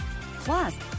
Plus